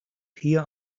here